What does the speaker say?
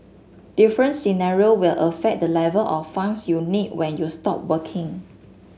different scenarios will affect the level of funds you need when you stop working